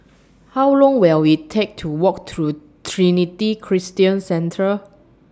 How Long Will IT Take to Walk to Trinity Christian Centre